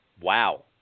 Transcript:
Wow